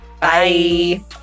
Bye